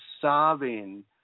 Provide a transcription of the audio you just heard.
sobbing